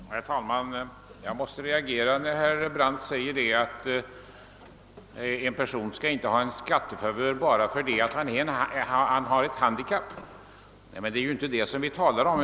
Herr talman! Jag måste reagera när herr Brandt säger att en person inte skall ha en skattefavör bara därför att han har ett handikapp. Det är ju inte detta vi talar om.